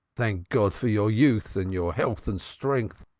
thank god for your youth, and your health and strength,